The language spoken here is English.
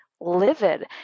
livid